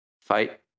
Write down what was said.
fight